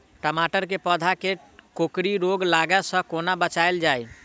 टमाटर केँ पौधा केँ कोकरी रोग लागै सऽ कोना बचाएल जाएँ?